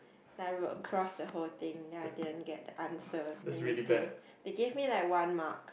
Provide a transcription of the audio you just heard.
like I will across the whole thing ya then I didn't get the answer then they didn't they give me like one mark